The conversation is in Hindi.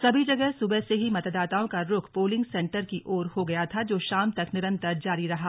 सभी जगह सुबह से ही मतदाताओं का रूख पोलिंग सेंटर की ओर हो गया था जो शाम तक निरंतर जारी रहा